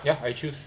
ya I choose